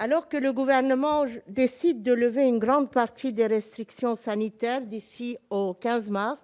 Alors que le Gouvernement décide de lever une grande partie des restrictions sanitaires d'ici au 15 mars,